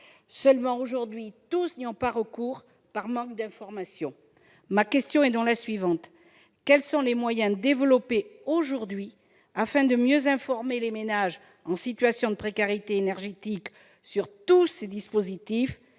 être alloués. Mais tous n'y ont pas recours, parfois par manque d'information. Ma question est donc la suivante : quels sont les moyens développés aujourd'hui afin de mieux informer les ménages en situation de précarité énergétique sur tous ces dispositifs ?